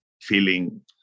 feeling